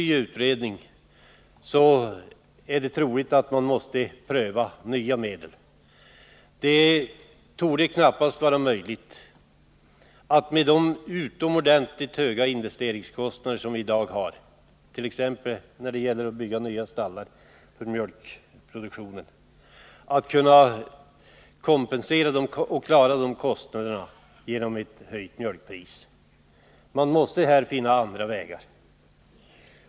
Det är troligt att man i en ny utredning måste pröva nya medel. Med de utomordentligt höga investeringskostnader som vi i dag har t.ex. när det gäller att bygga nya stallar för mjölkproduktionen torde det knappast vara möjligt att kompensera dessa kostnader genom ett höjt mjölkpris. Man måste här finna andra vägar.